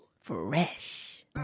Fresh